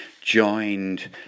joined